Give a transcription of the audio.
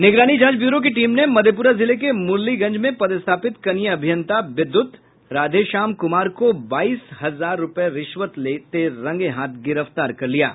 निगरानी जांच ब्यूरो की टीम ने मधेपुरा जिले के मुरलीगंज में पदस्थापित कनीय अभियंता विद्युत राधेश्याम कुमार को बाईस हजार रूपये रिश्वत लेते रंगे हाथ गिरफ्तार कर लिया है